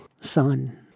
son